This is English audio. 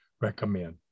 recommend